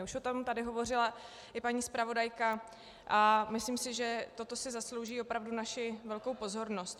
Už o tom tady hovořila i paní zpravodajka a myslím si, že toto si zaslouží opravdu naši velkou pozornost.